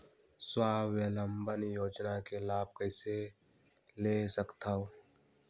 स्वावलंबन योजना के लाभ कइसे ले सकथव?